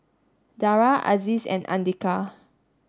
Dara Aziz and Andika